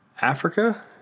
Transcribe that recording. Africa